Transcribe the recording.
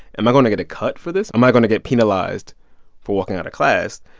am i going to get a cut for this? am i going to get penalized for walking out of class?